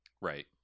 Right